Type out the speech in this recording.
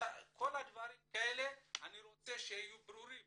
אני רוצה שהדברים יהיו ברורים